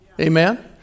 Amen